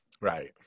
right